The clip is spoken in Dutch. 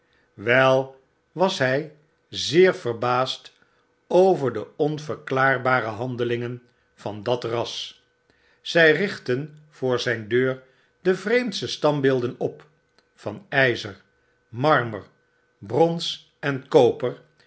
wel was hy zeer verbaasd over de onverklaarbare handelingen van dat ra zy richtten voor zijn deur de vreemdstestandbeelden op van yzer marmer brons en koper